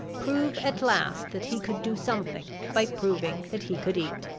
prove at last that he could do something by proving that he could eat.